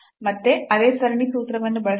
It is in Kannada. ಮತ್ತೆ ಅದೇ ಸರಣಿ ಸೂತ್ರವನ್ನು ಬಳಸಲಾಗುತ್ತದೆ